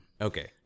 Okay